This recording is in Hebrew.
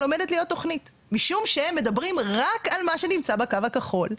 עומדת להיות תוכנית משום שהם מדברים רק על מה שנמצא בקו הכחול.